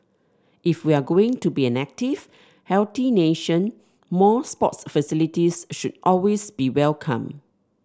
if we're going to be an active healthy nation more sports facilities should always be welcome